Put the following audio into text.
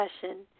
discussion